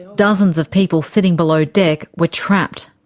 dozens of people sitting below deck were trapped.